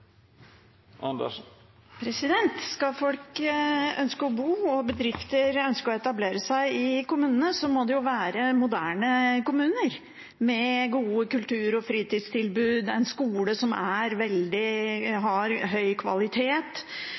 Skal folk ønske å bo i kommunene, og skal bedriftene ønske å etablere seg i kommunene, må det være moderne kommuner med gode kultur- og fritidstilbud, med en skole som har høy kvalitet,